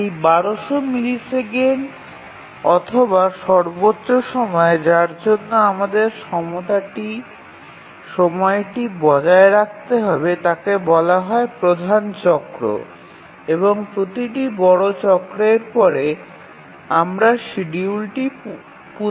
এই ১২০০ মিলিসেকেন্ড অথবা সর্বোচ্চ সময় যার জন্য আমাদের সময়টি বজায় রাখতে হবে তাকে বলা হয় প্রধান চক্র এবং প্রতিটি বড় চক্রের পরে আমরা শিডিউলটি পুনরাবৃত্তি করি